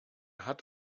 hat